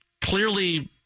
clearly